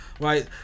Right